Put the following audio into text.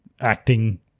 acting